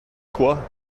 quoi